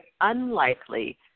unlikely